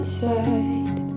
side